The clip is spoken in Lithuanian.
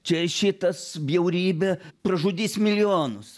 čia šitas bjaurybė pražudys milijonus